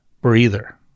breather